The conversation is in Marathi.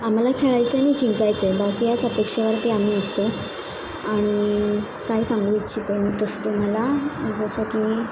आम्हाला खेळायचं आहे आणि जिंकायचं आहे बास याच अपेक्षेवरती आम्ही असतो आणि काय सांगू इच्छितो आहे तसं तुम्हाला जसं की मी